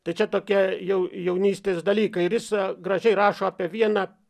tai čia tokia jau jaunystės dalykai ir jis gražiai rašo apie vieną